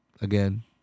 again